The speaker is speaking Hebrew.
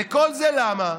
וכל זה למה?